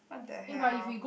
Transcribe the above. !what the hell!